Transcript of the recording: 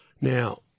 Now